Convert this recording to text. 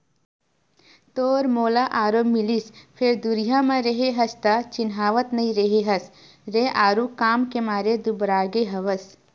तोर मोला आरो मिलिस फेर दुरिहा म रेहे हस त चिन्हावत नइ रेहे हस रे आरुग काम के मारे दुबरागे हवस